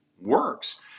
works